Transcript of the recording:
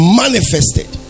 manifested